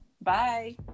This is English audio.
Bye